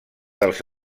dels